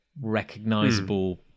recognizable